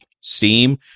Steam